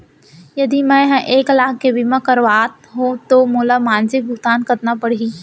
यदि मैं ह एक लाख के बीमा करवात हो त मोला मासिक भुगतान कतना पड़ही?